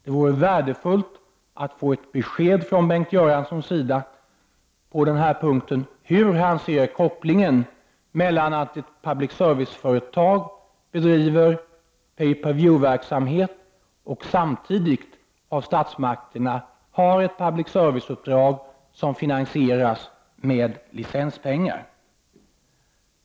Det vore värdefullt att få ett besked från Bengt Göransson om hur han ser på kopplingen mellan att ett public service-företag bedriver pay-per-view-verksamhet och samtidigt av statsmakten har ett public service-uppdrag som finansieras med licenspengar.